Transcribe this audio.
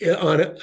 on